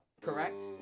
correct